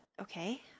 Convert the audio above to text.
okay